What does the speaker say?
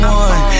one